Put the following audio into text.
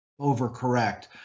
overcorrect